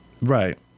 Right